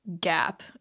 gap